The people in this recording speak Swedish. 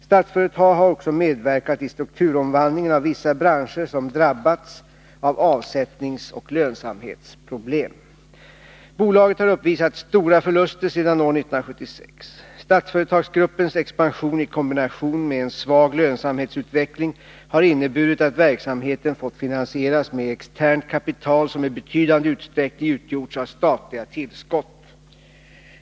Statsföretag har också medverkat i strukturomvandlingen av vissa branscher som drabbats av avsättningsoch lönsamhetsproblem. Bolaget har uppvisat stora förluster sedan år 1976. Statsföretagsgruppens expansion i kombination med en svag lönsamhetsutveckling har inneburit att verksamheten fått finansieras med externt kapital som i betydande utsträckning utgjorts av statliga tillskott.